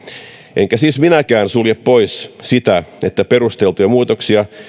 enkä siis minäkään sulje pois sitä että perusteltuja muutoksia